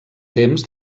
temps